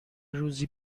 روزی